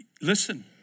Listen